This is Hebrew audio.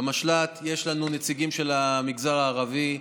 במשל"ט יש לנו נציגים של המגזר הערבי.